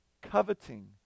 coveting